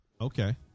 Okay